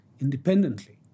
independently